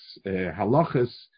halachas